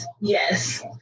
Yes